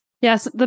Yes